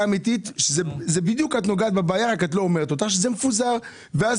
את בדיוק נוגעת בבעיה אבל את לא אומרת אותה שזה מפוזר ואז